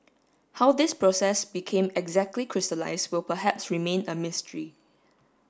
how this process became exactly crystallised will perhaps remain a mystery